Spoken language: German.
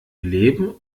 leben